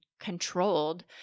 controlled